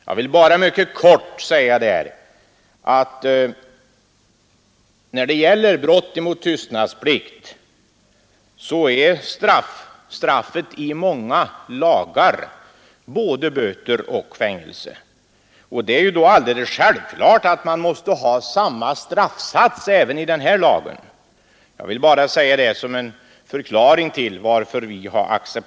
Jag vill bara mycket kort säga att när det gäller brott mot tystnadsplikt är straffet i många lagar både böter och fängelse. Det är då självklart att man måste ha samma straffsats även i denna lag. Jag vill peka på detta som en förklaring till vårt ställningstagande.